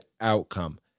outcome